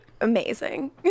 Amazing